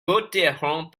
voterons